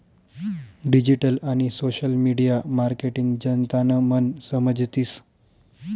digital आणि social media marketing जनतानं मन समजतीस